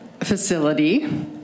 facility